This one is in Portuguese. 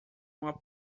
uma